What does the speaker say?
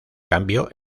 cambio